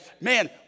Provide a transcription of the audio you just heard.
man